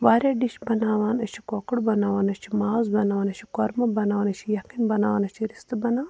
واریاہ ڈِش بناوان أسۍ چھِ کۅکُر بناوان أسی چھِ ماز بناوان أسی چھِ کۅرمہٕ بناوان أسی چھِ یکھٕنۍ بناوان أسی چھِ رِستہٕ بناوان